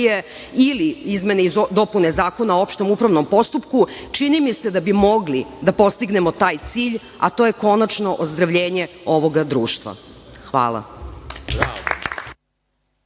ili izmene i dopune Zakona o opštem upravnom postupku, čini mi se da bi mogli da postignemo taj cilj, a to je konačno ozdravljenje ovoga društva. Hvala.